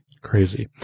crazy